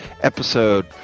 episode